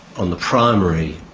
on the primary